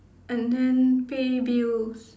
and then pay bills